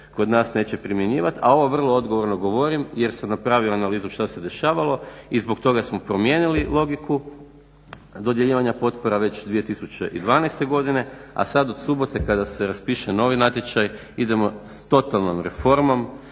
kod nas neće primjenjivati. A ovo vrlo odgovorno odgovorim jer sam napravio analizu što se dešavalo i zbog toga smo promijenili logiku dodjeljivanja potpora već 20152. Godine, a sad od subote kada se raspiše novi natječaj idemo s totalnom reformom